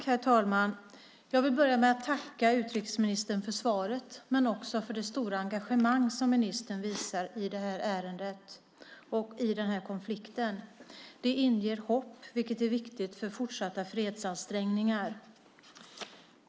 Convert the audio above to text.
Herr talman! Jag vill börja med att tacka utrikesministern för svaret och också för det stora engagemang som ministern visar i det här ärendet och i den här konflikten. Det inger hopp, vilket är viktigt för fortsatta fredsansträngningar.